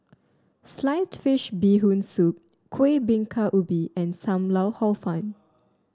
Sliced Fish Bee Hoon Soup Kueh Bingka Ubi and Sam Lau Hor Fun